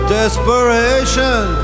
desperation